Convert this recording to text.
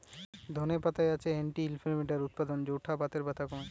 ধনে পাতায় আছে অ্যান্টি ইনফ্লেমেটরি উপাদান যৌটা বাতের ব্যথা কমায়